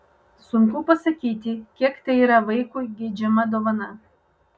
sunku pasakyti kiek tai yra vaikui geidžiama dovana